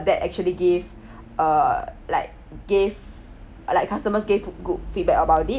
that actually gave uh like gave like customers give good feedback about it